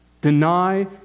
Deny